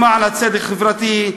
למען הצדק החברתי,